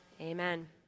Amen